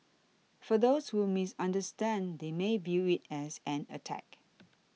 for those who misunderstand they may view it as an attack